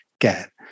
get